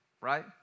Right